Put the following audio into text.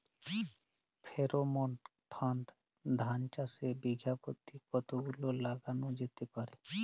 Pheromone ফাঁদ ধান চাষে বিঘা পতি কতগুলো লাগানো যেতে পারে?